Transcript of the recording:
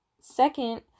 Second